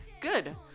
good